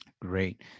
Great